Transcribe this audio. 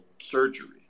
surgery